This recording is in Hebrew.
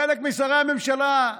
חלק משרי הממשלה,